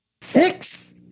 six